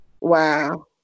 Wow